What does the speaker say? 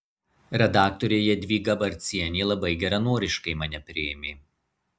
redaktorė jadvyga barcienė labai geranoriškai mane priėmė